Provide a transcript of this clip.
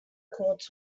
court